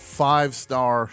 five-star